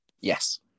yes